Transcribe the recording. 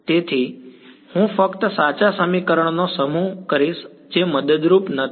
તેથી હું ફક્ત સાચા સમીકરણનો સમૂહ કરીશ જે મદદરૂપ નથી